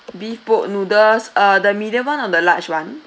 beef boat noodles uh the medium one or the large one